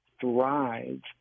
thrive